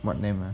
what name